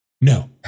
no